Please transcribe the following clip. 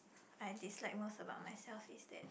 I dislike most about myself is that